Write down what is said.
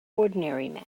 ordinary